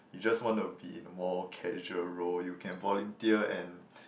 you just want to be in more casual role you can volunteer and